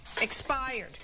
Expired